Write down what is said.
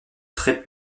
très